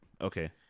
okay